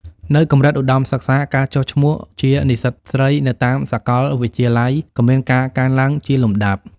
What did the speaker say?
នៅកម្រិតឧត្តមសិក្សា ការចុះឈ្មោះជានិស្សិតស្រីនៅតាមសាកលវិទ្យាល័យក៏មានការកើនឡើងជាលំដាប់។